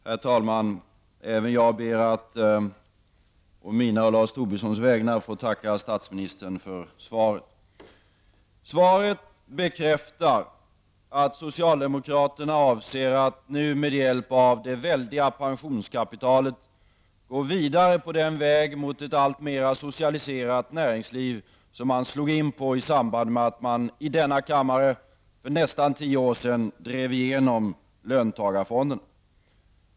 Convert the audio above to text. Herr talman! Även jag ber att, å mina och Lars Tobissons vägnar, få tacka statsministern för svaret. Svaret bekräftar att socialdemokraterna avser att, nu med hjälp av de väldiga pensionskapitalet, gå vidare på den väg mot ett alltmer socialiserat näringsliv som man slog in på i samband med att man i denna kammare för nästan tio år sedan drev igenom löntagarfonderna.